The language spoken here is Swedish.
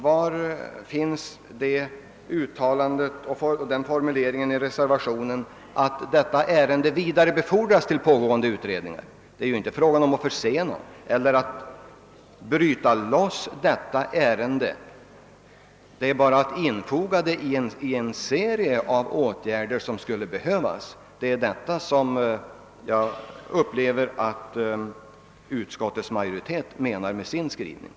Var finns det uttalandet och den formuleringen i reservationen som innebär att ärendet skall vidarebefordras till pågående utredningar? Det är inte fråga om att försena eller bryta loss detta ärende — det skall bara infogas i en serie åtgärder som behöver vidtas. Det är detta som jag anser att utskottets majoritet menar med sin skrivning.